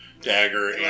dagger